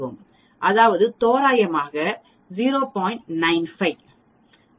அதாவது தோராயமாக 0